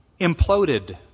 imploded